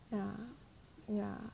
ya ya